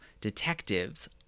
detectives